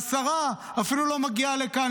והשרה אפילו לא מגיעה לכאן,